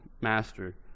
master